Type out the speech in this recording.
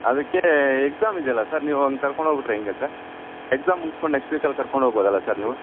ಅದಕ್ಕೆ ಎಕ್ಸಾಮ್ ಇದ್ಯಲ್ಲ ಸರ್ ನೀವು ಅವ್ನ ಕರ್ಕೊಂಡು ಹೋಗ್ಬಿಟ್ರೆ ಹೆಂಗೆ ಸರ್ ಎಕ್ಸಾಮ್ ಮುಗಿಸ್ಕೊಂಡು ನೆಕ್ಸ್ಟ್ ವೀಕಲ್ಲಿ ಕರ್ಕೊಂಡು ಹೋಗ್ಬೌದಲ್ಲ ಸರ್ ನೀವು